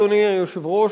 אדוני היושב-ראש,